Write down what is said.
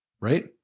right